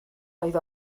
oedd